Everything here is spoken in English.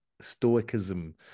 stoicism